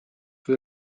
või